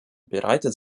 bereitet